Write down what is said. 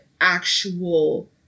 actual